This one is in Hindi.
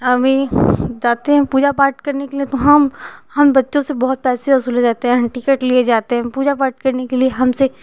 अभी जाती हूँ पूजा पाठ करने के लिए तो हम हम बच्चों से बहुत पैसे वसूले जाते हैं टिकट लिए जाते हैं पूजा पाठ करने के लिए हमसे